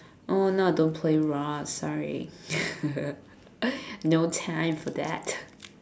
oh now I don't play ROSS sorry no time for that